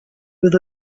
with